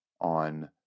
on